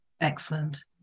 Excellent